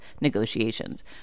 negotiations